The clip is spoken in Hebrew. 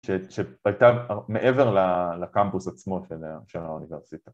‫שהייתה מעבר לקמפוס עצמו ‫של האוניברסיטה.